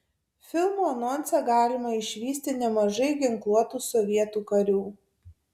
filmo anonse galima išvysti nemažai ginkluotų sovietų karių